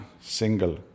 single